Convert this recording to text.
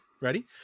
Ready